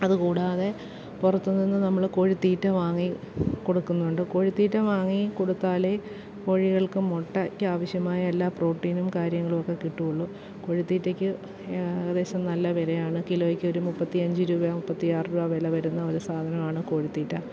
അതുകൂടാതെ പുറത്ത് നിന്ന് നമ്മള് കോഴിത്തീറ്റ വാങ്ങി കൊടുക്കുന്നുണ്ട് കോഴിത്തീറ്റ വാങ്ങി കൊടുത്താലേ കോഴികൾക്ക് മുട്ടയ്ക്ക് ആവശ്യമായ എല്ലാ പ്രോട്ടീനും കാര്യങ്ങളുവൊക്കെ കിട്ടുകയുള്ളു കോഴിത്തീറ്റയ്ക്ക് ഏകദേശം നല്ല വിലയാണ് കിലോയ്ക്കൊരു മുപ്പത്തിയഞ്ച് രൂപയോ മുപ്പത്തിയാറ് രൂപ വില വരുന്ന ഒരു സാധനമാണ് കോഴിത്തീറ്റ